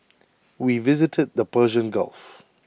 we visited the Persian gulf